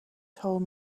told